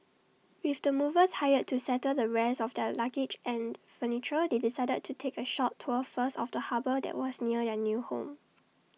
with the movers hired to settle the rest of their luggage and furniture they decided to take A short tour first of the harbour that was near their new home